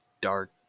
dark